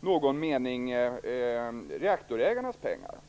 någon mening reaktorägarnas pengar.